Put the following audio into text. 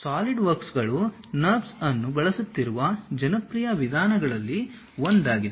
ಸಾಲಿಡ್ವರ್ಕ್ಗಳು NURBS ಅನ್ನು ಬಳಸುತ್ತಿರುವ ಜನಪ್ರಿಯ ವಿಧಾನಗಳಲ್ಲಿ ಒಂದಾಗಿದೆ